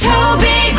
Toby